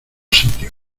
sitio